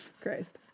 christ